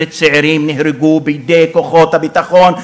13 צעירים נהרגו בידי כוחות הביטחון,